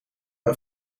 een